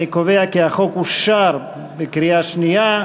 אני קובע כי החוק אושר בקריאה שנייה.